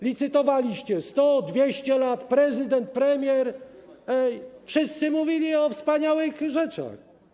Licytowaliście: 100, 200 lat, prezydent, premier, wszyscy mówili o wspaniałych rzeczach.